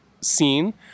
scene